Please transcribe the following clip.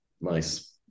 nice